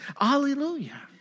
Hallelujah